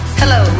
hello